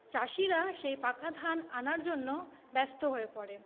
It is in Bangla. চাষীরা সেই পাকা ধান আনার জন্য ব্যস্ত হয়ে পড়ে